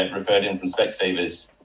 and referred in from spec savers,